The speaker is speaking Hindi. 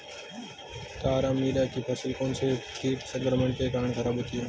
तारामीरा की फसल कौनसे कीट संक्रमण के कारण खराब होती है?